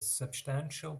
substantial